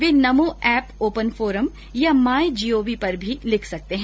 वे NaMo app open forum या my gov पर भी लिख सकते हैं